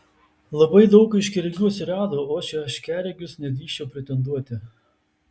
labai daug aiškiaregių atsirado o aš į aiškiaregius nedrįsčiau pretenduoti